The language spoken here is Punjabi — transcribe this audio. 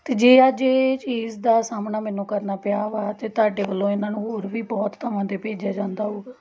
ਅਤੇ ਜੇ ਅੱਜ ਇਹ ਚੀਜ਼ ਦਾ ਸਾਹਮਣਾ ਮੈਨੂੰ ਕਰਨਾ ਪਿਆ ਵਾ ਤਾਂ ਤੁਹਾਡੇ ਵੱਲੋਂ ਇਹਨਾਂ ਨੂੰ ਹੋਰ ਵੀ ਬਹੁਤ ਥਾਵਾਂ 'ਤੇ ਭੇਜਿਆ ਜਾਂਦਾ ਹੋਊਗਾ